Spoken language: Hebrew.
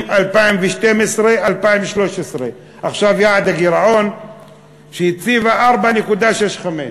2012 2013. עכשיו יעד הגירעון שהציבה: 4.65%,